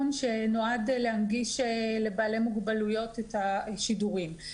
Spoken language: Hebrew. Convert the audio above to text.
שנועד להנגיש לבעלי מוגבלויות את השידורים.